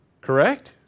Correct